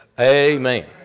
Amen